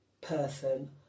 person